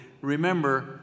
remember